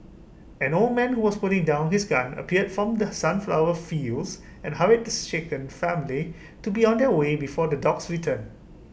an old man who was putting down his gun appeared from the sunflower fields and hurried the shaken family to be on their way before the dogs return